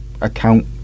account